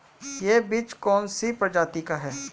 यह बीज कौन सी प्रजाति का है?